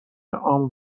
عام